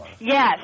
Yes